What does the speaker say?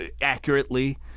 accurately